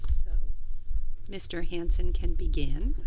so mr. hansen can begin.